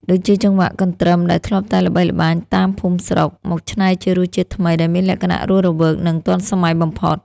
ដូចជាចង្វាក់កន្ទ្រឹមដែលធ្លាប់តែល្បីល្បាញតាមភូមិស្រុក មកច្នៃជារសជាតិថ្មីដែលមានលក្ខណៈរស់រវើក និងទាន់សម័យបំផុត។